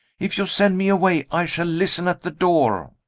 if you send me away i shall listen at the door.